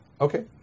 Okay